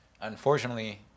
Unfortunately